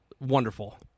Wonderful